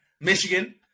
Michigan